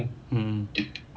mmhmm